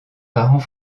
parents